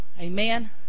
Amen